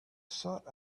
sought